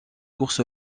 course